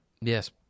Yes